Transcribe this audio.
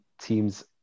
teams